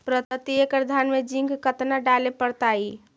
प्रती एकड़ धान मे जिंक कतना डाले पड़ताई?